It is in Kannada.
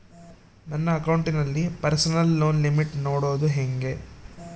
ನನ್ನ ಅಕೌಂಟಿನಲ್ಲಿ ಪರ್ಸನಲ್ ಲೋನ್ ಲಿಮಿಟ್ ನೋಡದು ಹೆಂಗೆ?